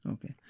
Okay